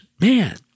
Man